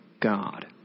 God